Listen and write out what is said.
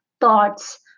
thoughts